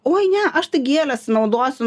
oi ne aš tai gėles naudosiu